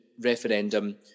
referendum